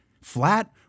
flat